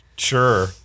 Sure